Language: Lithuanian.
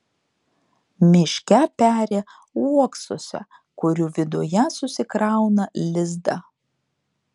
miške peri uoksuose kurių viduje susikrauna lizdą